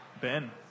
Ben